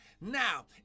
Now